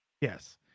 Yes